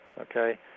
Okay